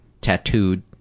tattooed